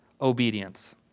obedience